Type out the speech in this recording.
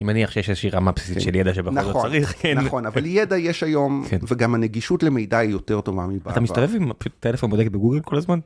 אני מניח שיש איזושהי רמה בסיסית של ידע שבכל זאת צריך - נכון, נכון. אבל ידע יש היום וגם הנגישות למידה היא יותר טובה מבעבר. אתה מסתובב עם הטלפון ובודק בגוגל כל הזמן?